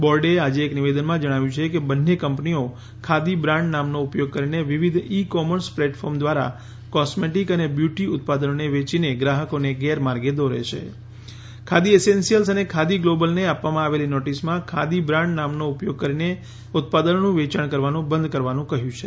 બાર્ડે આજે એક નિવેદનમાં જણાવ્યું છે કે બંને કં નીઓ ખાદી બ્રાન્ડ નામનાા ઉપ થાળા કરીને વિવિધ ઇ કામર્સ પ્લેટફાર્મ દ્વારા કામ્મેટિક અને બ્યુટી ઉતાદનાલે વેચીને ગ્રાહકાને ગેરમાર્ગે દારે હાં ખાદી એસેન્શિયલ્સ અને ખાદી ગ્લાબલને આપ વામાં આવેલી નાટિસમાં ખાદીબ્રાન્ડ નામન ઉ થાા કરીને ઉત ાદનામું વેચાણ કરવાનું બંધ કરવાનું કહ્યું છે